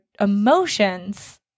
emotions